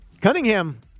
Cunningham